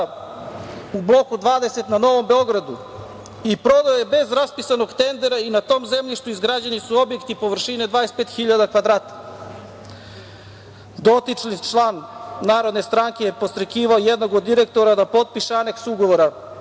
u Bloku 20 na Novom Beogradu i prodao je bez raspisanog tendera i na tom zemljištu izgrađeni su objekti površine 25 hiljada kvadrata. Dotični član Narodne stranke je podstrekivao jednog od direktora da potpiše aneks ugovora